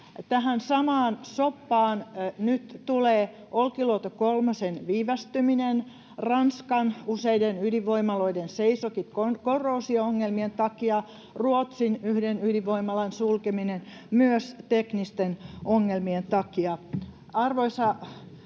tähän samaan soppaan tulee nyt Olkiluoto kolmosen viivästyminen, Ranskan useiden ydinvoimaloiden seisokit korroosio-ongelmien takia, Ruotsin yhden ydinvoimalan sulkeminen myös teknisten ongelmien takia.